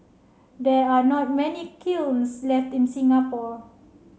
there are not many kilns left in Singapore